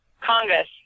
Congress